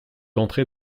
entrer